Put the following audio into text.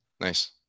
Nice